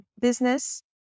business